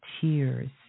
tears